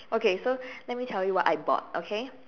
okay so let me tell you what I bought okay